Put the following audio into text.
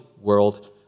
world